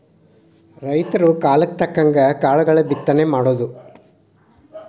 ರೈತರ ಕಾಲಕ್ಕ ತಕ್ಕಂಗ ಕಾಳುಗಳ ಬಿತ್ತನೆ ಮಾಡುದು